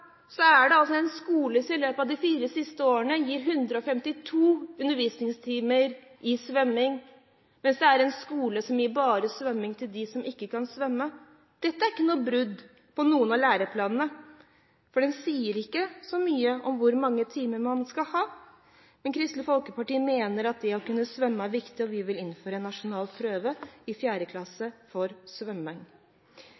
så mye om hvor mange timer man skal ha. Men Kristelig Folkeparti mener at det å kunne svømme er viktig, og vi vil innføre en nasjonal prøve i svømming for fjerde